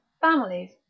families